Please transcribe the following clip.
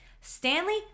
Stanley